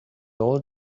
old